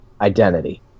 identity